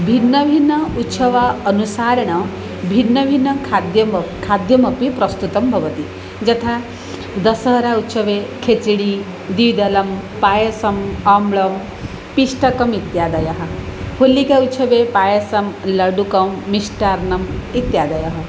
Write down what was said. भिन्नभिन्न उत्सव अनुसारेण भिन्नभिन्नखाद्यं खाद्यमपि प्रस्तुतं भवति यथा दसरा उत्सवे खेच्डि दीर्दलं पायसम् आम्लं पिष्टकम् इत्यादयः होलिका उत्सवे पायसं लड्डुकं मिष्टान्नम् इत्यादयः